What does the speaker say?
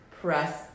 Press